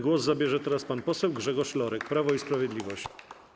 Głos zabierze teraz pan poseł Grzegorz Lorek, Prawo i Sprawiedliwość.